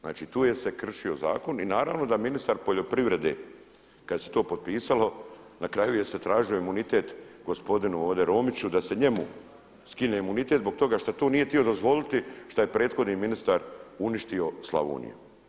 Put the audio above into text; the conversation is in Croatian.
Znači tu se je kršio zakon i naravno da ministar poljoprivrede kada se to potpisalo na kraju se je tražio imunitet gospodinu ovdje Romiću da se njemu skine imunitet zbog toga što tu nije htio dozvoliti što je prethodni ministar uništio Slavoniju.